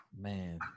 Man